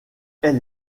elle